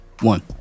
One